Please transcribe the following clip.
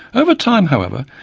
over time however,